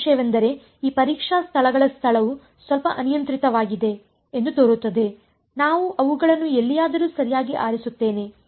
ಒಂದೇ ವಿಷಯವೆಂದರೆ ಈ ಪರೀಕ್ಷಾ ಸ್ಥಳಗಳ ಸ್ಥಳವು ಸ್ವಲ್ಪ ಅನಿಯಂತ್ರಿತವಾಗಿದೆ ಎಂದು ತೋರುತ್ತದೆ ನಾನು ಅವುಗಳನ್ನು ಎಲ್ಲಿಯಾದರೂ ಸರಿಯಾಗಿ ಆರಿಸುತ್ತೇನೆ